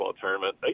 tournament